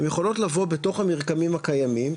הן יכולות לבוא בתוך המרקמים הקיימים,